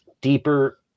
deeper